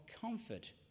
comfort